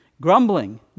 Grumbling